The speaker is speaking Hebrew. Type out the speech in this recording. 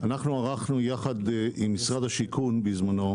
אנחנו ערכנו יחד עם משרד השיכון בזמנו,